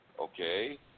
Okay